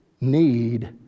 need